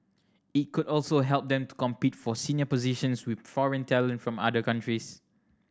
it could also help them to compete for senior positions with foreign talent from other countries